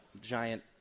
Giant